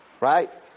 Right